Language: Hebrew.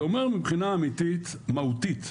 זה אומר מבחינה אמיתית מהותית,